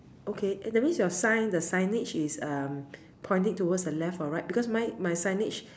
okay eh that means your sign the signage is um pointing towards the left or right because mine my signage